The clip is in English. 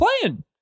playing